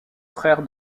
frère